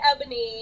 Ebony